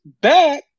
back